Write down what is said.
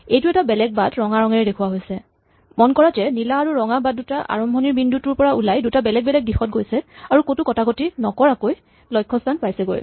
এইটো এটা বেলেগ বাট ৰঙা ৰঙেৰে দেখুওৱা হৈছে মন কৰা যে নীলা আৰু ৰঙা বাট দুটা আৰম্ভণিৰ বিন্দুটোৰ পৰা ওলাই দুটা বেলেগ বেলেগ দিশত গৈছে আৰু ক'তো কটাকটি নকৰাকৈ লক্ষস্হান পাইছেগৈ